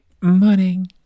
Morning